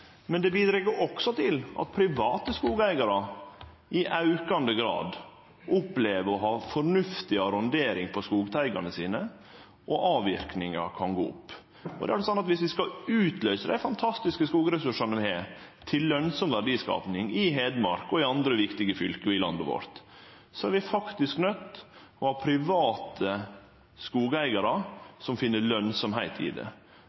Det bidrar også til at private skogeigarar i aukande grad opplever å ha fornuftig arrondering på skogteigane sine, og avverkinga kan aukast. Dersom vi skal utløyse dei fantastiske skogressursane vi har, til lønsam verdiskaping i Hedmark og i andre viktige fylke i landet vårt, er vi faktisk nøydde til å ha private skogeigarar som finn lønsemd i det.